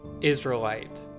Israelite